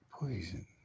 poison